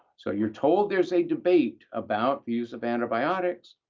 so you're told there's a debate about use of antibiotics,